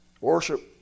Worship